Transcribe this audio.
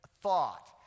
thought